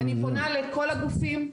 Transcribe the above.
אני פונה לכל הגופים.